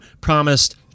promised